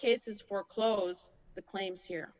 cases for close the claims here